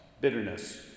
Bitterness